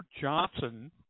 Johnson